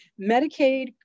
Medicaid